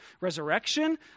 resurrection